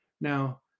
Now